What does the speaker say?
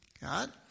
God